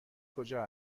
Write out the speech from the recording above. کجا